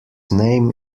name